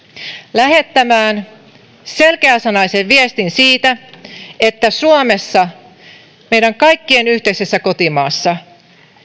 lähettämään selkeäsanaisen viestin siitä että suomessa meidän kaikkien yhteisessä kotimaassa